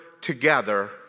together